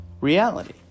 reality